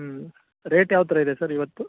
ಹ್ಞೂ ರೇಟ್ ಯಾವ ಥರ ಇದೆ ಸರ್ ಇವತ್ತು